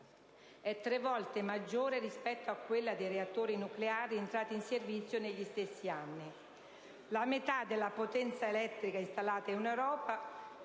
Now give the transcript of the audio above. è tre volte maggiore rispetto a quella dei reattori nucleari entrati in servizio negli stessi anni. La metà della potenza elettrica installata in Europa